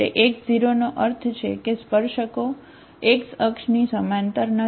તે x0 નો અર્થ છે કે સ્પર્શકો x અક્ષની સમાંતર નથી